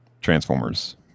Transformers